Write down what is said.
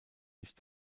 nicht